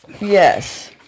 Yes